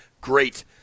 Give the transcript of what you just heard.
great